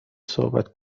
صحبت